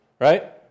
right